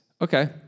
Okay